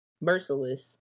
merciless